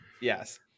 Yes